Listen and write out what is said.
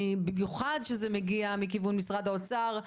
במיוחד כשזה מגיע מכיוון משרד האוצר,